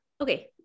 okay